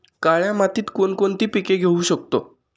काळ्या मातीत कोणकोणती पिके घेऊ शकतो?